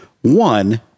One